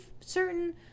certain